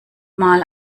mal